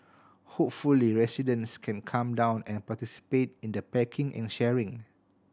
hopefully residents can come down and participate in the packing and sharing